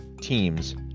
teams